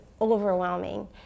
overwhelming